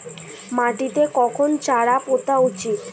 মাটিতে কখন চারা পোতা উচিৎ?